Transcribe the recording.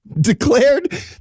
declared